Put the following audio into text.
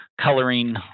coloring